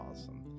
awesome